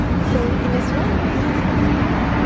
so, in islam it has been like that.